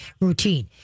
routine